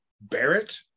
barrett